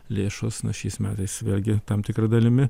lėšos nors šiais metais vėlgi tam tikra dalimi